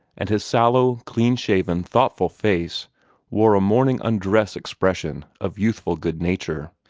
and his sallow, clean-shaven, thoughtful face wore a morning undress expression of youthful good-nature.